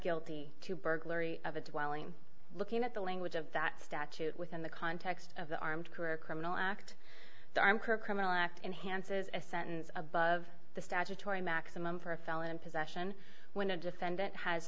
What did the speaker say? guilty to burglary of a dwelling looking at the language of that statute within the context of the armed career criminal act i'm criminal act enhances a sentence above the statutory maximum for a felon in possession when a defendant has